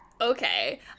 Okay